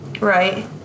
right